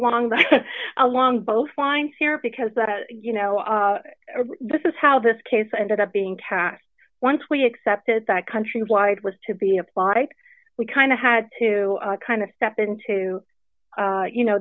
longer along both fine here because that you know this is how this case ended up being cast once we accepted that countrywide was to be applied we kind of had to kind of step into you know